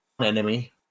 enemy